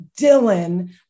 Dylan